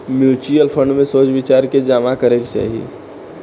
mutual fund में सोच विचार के जामा करे के चाही